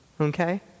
Okay